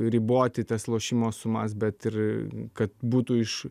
riboti tas lošimo sumas bet ir kad būtų iš